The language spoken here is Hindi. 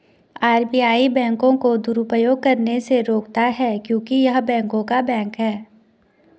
आर.बी.आई बैंकों को दुरुपयोग करने से रोकता हैं क्योंकि य़ह बैंकों का बैंक हैं